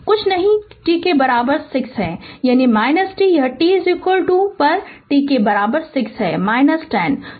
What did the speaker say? कुछ नहीं t के बराबर 6 है यानी 10 यह t पर t के बराबर 6 है - 10 है